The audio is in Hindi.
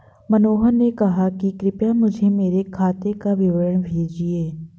मनोहर ने कहा कि कृपया मुझें मेरे खाते का विवरण भेजिए